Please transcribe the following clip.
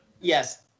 Yes